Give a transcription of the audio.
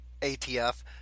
ATF